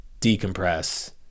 decompress